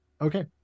okay